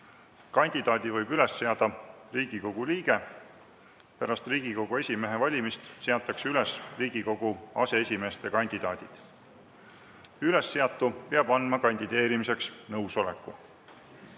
Kandidaadi võib üles seada Riigikogu liige. Pärast Riigikogu esimehe valimist seatakse üles Riigikogu aseesimeeste kandidaadid. Ülesseatu peab andma kandideerimiseks nõusoleku.